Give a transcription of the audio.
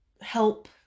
help